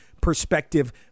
perspective